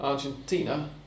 Argentina